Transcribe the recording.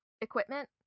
equipment